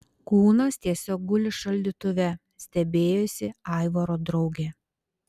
kūnas tiesiog guli šaldytuve stebėjosi aivaro draugė